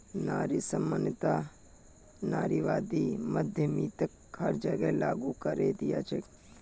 नारिर सम्मानत नारीवादी उद्यमिताक हर जगह लागू करे दिया छेक